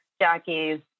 Jackie's